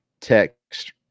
text